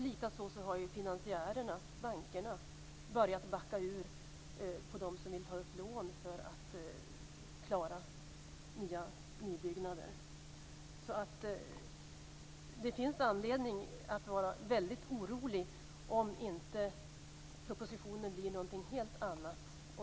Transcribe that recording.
Likaså har finansiärerna, bankerna, börjat backa inför dem som vill ta lån för att klara nybyggnader. Det finns anledning att vara väldigt orolig, om propositionen inte blir någonting helt annat.